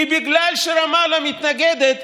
כי בגלל שרמאללה מתנגדת,